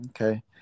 Okay